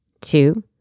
Two